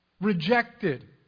rejected